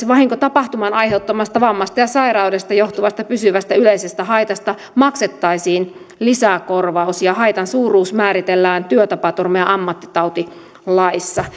vahinkotapahtuman aiheuttamasta vammasta ja sairaudesta johtuvasta pysyvästä yleisestä haitasta maksettaisiin lisäkorvaus ja haitan suuruus määritellään työtapaturma ja ammattitautilaissa